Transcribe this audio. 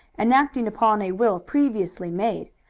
and acting upon a will previously made.